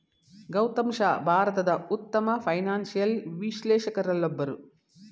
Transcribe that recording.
ಗೌತಮ್ ಶಾ ಭಾರತದ ಉತ್ತಮ ಫೈನಾನ್ಸಿಯಲ್ ವಿಶ್ಲೇಷಕರಲ್ಲೊಬ್ಬರು